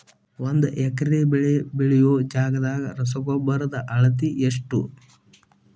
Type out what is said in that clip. ಒಂದ್ ಎಕರೆ ಬೆಳೆ ಬೆಳಿಯೋ ಜಗದಾಗ ರಸಗೊಬ್ಬರದ ಅಳತಿ ಎಷ್ಟು?